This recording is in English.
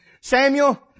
Samuel